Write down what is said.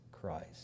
Christ